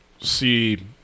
see